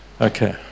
okay